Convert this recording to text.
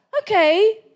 Okay